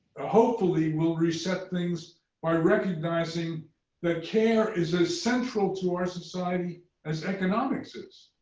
hopefully, we'll reset things by recognizing that care is as central to our society as economics is.